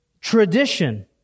tradition